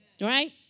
Right